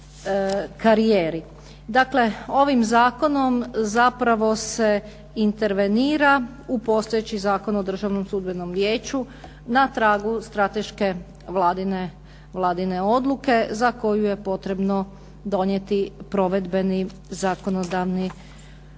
Dakle ovim zakonom zapravo se intervenira u postojeći Zakon o Državnom sudbenom vijeću na tragu strateške vladine odluke, za koju je potrebno donijeti provedbeni zakonodavni okvir.